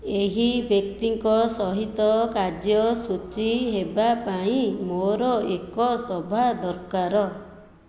ଏହି ବ୍ୟକ୍ତିଙ୍କ ସହିତ କାର୍ଯ୍ୟସୂଚୀ ହେବା ପାଇଁ ମୋର ଏକ ସଭା ଦରକାର